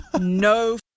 no